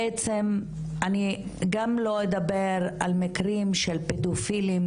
בעצם אני גם לא אדבר על מקרים של פדופילים